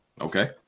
Okay